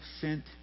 sent